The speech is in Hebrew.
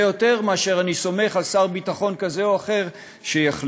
יותר מאשר אני סומך על שר ביטחון כזה או אחר שיחליט.